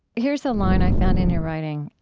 here's a line i found in your writing.